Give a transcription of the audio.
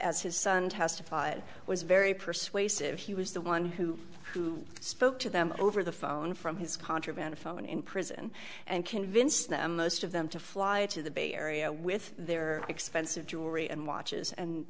his son testified was very persuasive he was the one who who spoke to them over the phone from his contraband phone in prison and convinced them most of them to fly into the bay area with their expensive jewelry and watches and